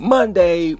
Monday